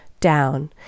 down